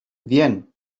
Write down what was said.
bien